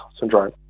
syndrome